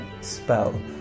spell